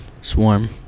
Swarm